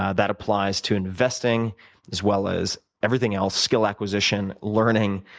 ah that applies to investing as well as everything else skill acquisition, learning,